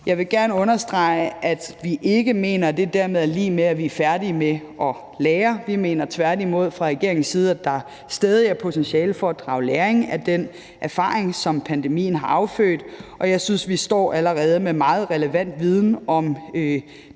Jeg vil gerne understrege, at vi ikke mener, at det dermed er lig med, at vi er færdige med at lære; vi mener tværtimod fra regeringens side, at der stadig er potentiale for at drage læring af den erfaring, som pandemien har affødt, og jeg synes, at vi allerede står med meget relevant viden om